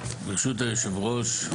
ברשות היושב ראש,